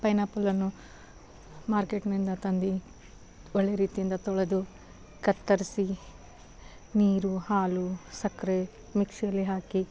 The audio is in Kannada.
ಪೈನಾಪಲನ್ನು ಮಾರ್ಕೆಟ್ನಿಂದ ತಂದು ಒಳ್ಳೆಯ ರೀತಿಯಿಂದ ತೊಳೆದು ಕತ್ತರಿಸಿ ನೀರು ಹಾಲು ಸಕ್ಕರೆ ಮಿಕ್ಶಿಲಿ ಹಾಕಿ